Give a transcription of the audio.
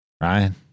Ryan